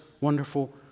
wonderful